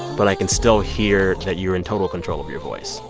but i can still hear that you're in total control of your voice.